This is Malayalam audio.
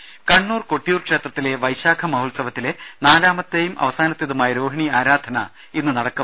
രേര കണ്ണൂർ കൊട്ടിയൂർ ക്ഷേത്രത്തിലെ വൈശാഖ മഹോത്സവത്തിലെ നാലാമത്തെതും അവസാനത്തേതുമായ രോഹിണി ആരാധന ഇന്ന് നടക്കും